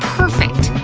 perfect.